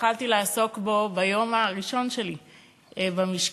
שהתחלתי לעסוק בו ביום הראשון שלי במשכן,